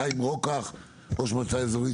חיים רוקח, ראש מועצה אזורית